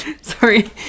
sorry